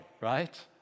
right